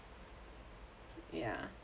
ya